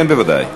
כן, בוודאי.